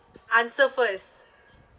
answer first